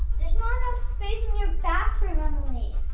there's not enough space in your bathroom emily.